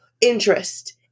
interest